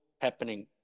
happening